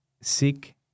sick